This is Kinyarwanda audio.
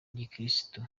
gikirisitu